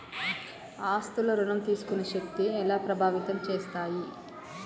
ఆస్తుల ఋణం తీసుకునే శక్తి ఎలా ప్రభావితం చేస్తాయి?